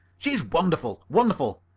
she is wonderful wonderful!